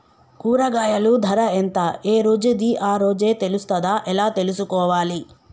కూరగాయలు ధర ఎంత ఏ రోజుది ఆ రోజే తెలుస్తదా ఎలా తెలుసుకోవాలి?